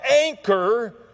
anchor